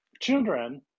children